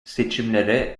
seçimlere